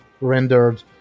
rendered